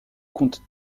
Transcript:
comte